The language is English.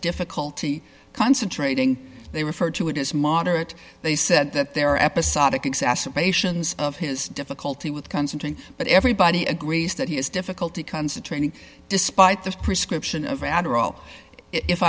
difficulty concentrating they refer to it as moderate they said that their episodic exacerbations of his difficulty with constantly but everybody agrees that he has difficulty concentrating despite this prescription